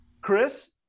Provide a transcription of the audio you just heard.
Chris